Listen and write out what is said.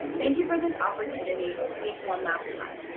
thank you for this opportunity to speak one last time.